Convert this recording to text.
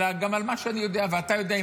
אלא גם על מה שאני יודע ואתה יודע,